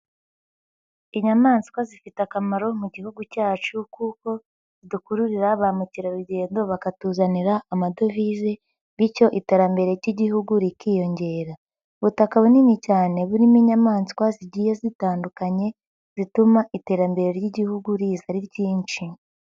Inyamaswa zifite akamaro mu gihugu cyacu kuko zidukururira ba mukerarugendo bakatuzanira amadovize bityo iterambere ry'igihugu rikiyongera, ubutaka bunini cyane burimo inyamaswa zigiye zitandukanye zituma iterambere ry'igihugu riza ari ryinshi.